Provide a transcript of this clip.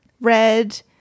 red